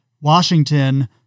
Washington